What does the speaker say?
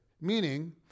Meaning